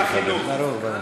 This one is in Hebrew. לא יהיה.